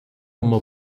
uma